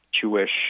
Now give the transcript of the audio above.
Jewish